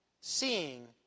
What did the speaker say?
seeing